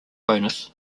bonus